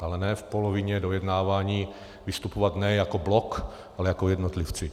Ale ne v polovině dojednávání vystupovat ne jako blok, ale jako jednotlivci.